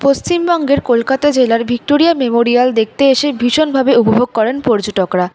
পশ্চিমবঙ্গের কলকাতা জেলার Victoria Memorial দেখতে এসে ভীষণভাবে উপভোগ করেন পর্যটকরা